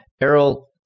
Errol